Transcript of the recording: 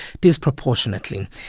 disproportionately